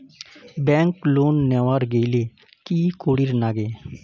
Bank loan নেওয়ার গেইলে কি করীর নাগে?